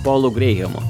polu grejemu